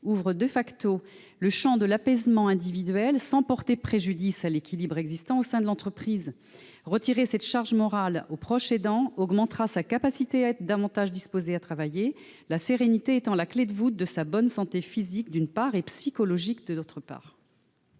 ouvre le champ de l'apaisement individuel, sans porter préjudice à l'équilibre existant au sein de l'entreprise. Retirer cette charge morale au proche aidant augmentera sa disposition à travailler, la sérénité étant la clé de voûte de sa bonne santé physique, d'une part, et psychologique, d'autre part.